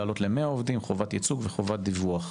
לעלות ל-100 עובדים חובת ייצוג וחובת דיווח.